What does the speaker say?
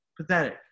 pathetic